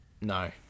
No